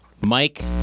Mike